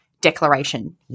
declaration